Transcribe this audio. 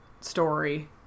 story